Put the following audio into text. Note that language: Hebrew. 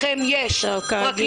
לכם יש פרקליטות,